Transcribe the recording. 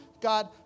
God